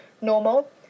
normal